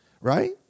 right